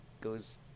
goes